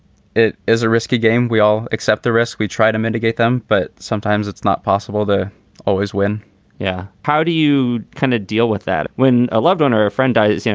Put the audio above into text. it is a risky game. we all accept the risk. we try to mitigate them, but sometimes it's not possible to always win yeah. how do you kind of deal with that when a loved one or a friend dies? you know,